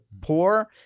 poor